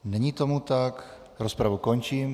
Není tomu tak, rozpravu končím.